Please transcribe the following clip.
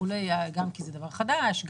כי זה דבר חדש,